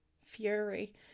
fury